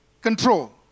control